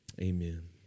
amen